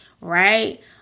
Right